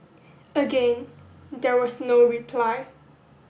again there was no reply